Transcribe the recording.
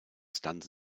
stands